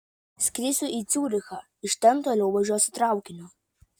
skrisiu į ciurichą iš ten toliau važiuosiu traukiniu